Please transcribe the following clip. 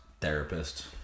therapist